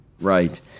Right